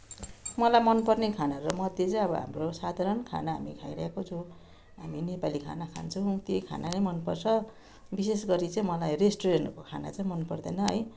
मलाई मनपर्ने खानाहरूमध्ये चाहिँ अब हाम्रो साधारण खाना हामी खाइरहेको छौँ हामी नेपाली खाना खान्छौँ त्यही खाना नै मनपर्छ विशेष गरी चाहिँ मलाई रेस्टुरेन्टको खाना चाहिँ मन पर्दैन है